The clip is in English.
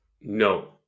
No